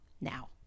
now